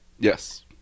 Yes